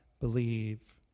believe